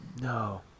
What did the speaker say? No